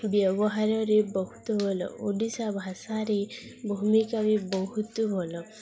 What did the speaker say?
ବ୍ୟବହାରରେ ବହୁତ ଭଲ ଓଡ଼ିଶା ଭାଷାରେ ଭୂମିକା ବି ବହୁତ ଭଲ